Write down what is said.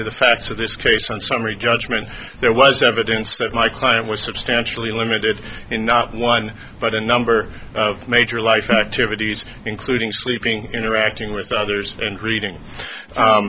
to the facts of this case in summary judgment there was evidence that my client was substantially limited in not one but a number of major life activities including sleeping interacting with others and reading